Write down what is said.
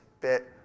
bit